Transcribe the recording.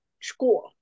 School